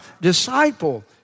disciple